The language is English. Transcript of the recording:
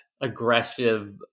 aggressive